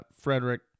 Frederick